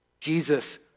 Jesus